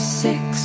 six